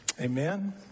Amen